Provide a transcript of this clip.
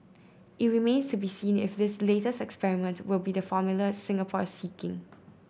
it remains to be seen if this later experiment will be the formula Singapore is seeking